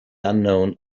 unknown